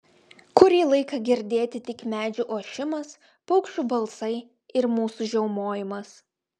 kurį laiką girdėti tik medžių ošimas paukščių balsai ir mūsų žiaumojimas